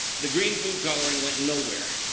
the green food coloring went nowhere.